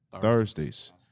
Thursdays